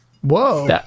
Whoa